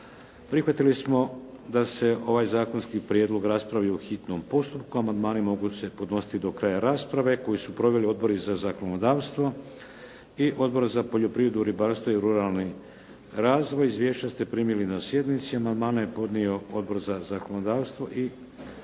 Prihvatili smo da se ovaj zakonski prijedlog raspravi u hitnom postupku. Amandmani se mogu podnositi do kraja rasprave koju su proveli Odbor za zakonodavstvo i Odbor za poljoprivredu, ribarstvo i ruralni razvoj. Izvješća ste primili na sjednici. Amandmane je podnio Odbor za zakonodavstvo i